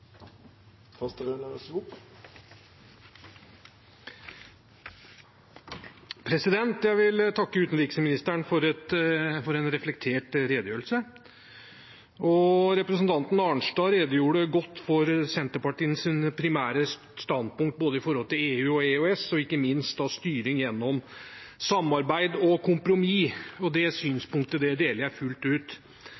vil takke utenriksministeren for en reflektert redegjørelse. Representanten Arnstad redegjorde godt for Senterpartiets primære standpunkt i forhold til både EU og EØS, og ikke minst styring gjennom samarbeid og kompromiss. Det synspunktet deler jeg fullt ut. Nasjonalstaten vil alltid være den viktigste rammen for politisk virke og